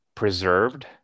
Preserved